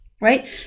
Right